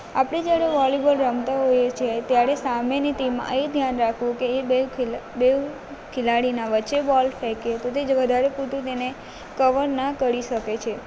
આપણે જ્યારે વોલીબોલ રમતા હોઈએ છીએ ત્યારે સામેની ટીમ એ ધ્યાન રાખવું કે એ બેઉ બેઉ ખેલાડીના વચ્ચે બોલ ફેંકે તો તે જ વધારે પૂરતું તેને કવર ના કરી શકે છે